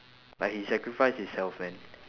like he sacrificed his health man